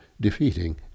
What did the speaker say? defeating